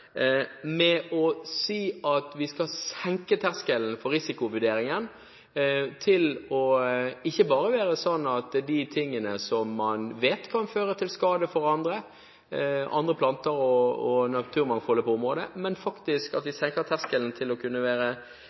med å si at vi skal senke terskelen for risikovurderingen, ikke bare forby det man vet kan føre til skade for andre planter og naturmangfoldet på området, men faktisk at vi senker terskelen så lavt som til å